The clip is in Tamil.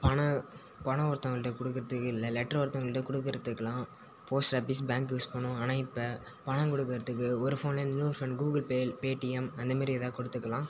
பணம் பணம் ஒருத்தவங்கள்கிட்ட குடுக்குறதுக்கு லெ லெட்டர் ஒருத்தவங்ககிட்ட கொடுக்குறதுக்கெல்லாம் போஸ்ட் ஆபீஸ் பேங்க் யூஸ் பண்ணுவோம் ஆனால் இப்போ பணம் கொடுக்குறதுக்கு ஒரு ஃபோன்லேருந்து இன்னொரு ஃபோன் கூகுள்பே பேடிஎம் அந்தமாரி எதோ கொடுத்துக்கலாம்